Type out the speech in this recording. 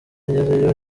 ngezeyo